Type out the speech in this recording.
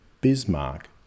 Bismarck